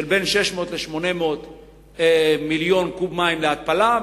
בין 600 ל-800 מיליון קוב מים להתפלה,